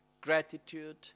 gratitude